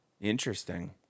Interesting